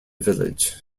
village